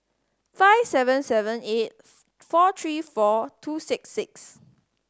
five seven seven eight four three four two six six